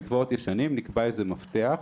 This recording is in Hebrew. לגבי מקוואות ישנים נקבע איזה מפתח,